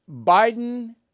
Biden